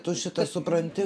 tu šitą supranti